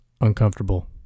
uncomfortable